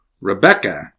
Rebecca